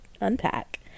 unpack